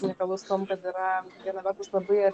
unikalus tuom kad yra viena vertus labai